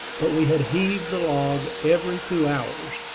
but we had heaved the log every two hours,